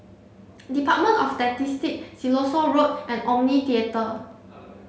department of Statistics Siloso Road and Omni Theatre